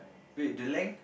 wait the length